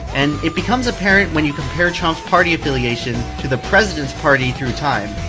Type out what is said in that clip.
and it becomes apparent, when you compare trump's party affiliation to the president's party through time.